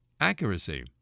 accuracy